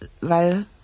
weil